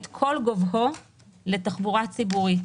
את כל גובהו לתחבורה ציבורית